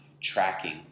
tracking